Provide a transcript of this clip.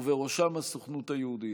ובראשם הסוכנות היהודית.